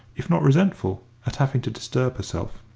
if not resentful, at having to disturb herself.